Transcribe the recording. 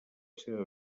seva